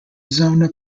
zona